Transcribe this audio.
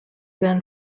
then